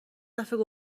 دفعه